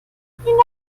anderen